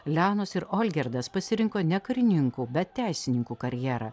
leonas ir olgirdas pasirinko ne karininko bet teisininkų karjerą